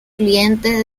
clientes